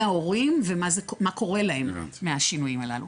ההורים ומה קורה להם מהשינויים הללו.